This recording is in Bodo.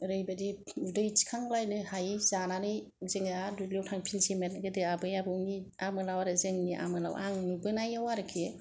ओरैबादि उदै थिखां लायनो हायै जानानै जोंङो आरो दुब्लिआव थांफिनसैमोन गोदो आबै आबौनि आमोलाव आरो जोंनि आमोलाव आं नुबोनायाव आरोखि